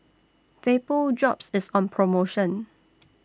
Vapodrops IS on promotion